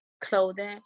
clothing